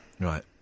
Right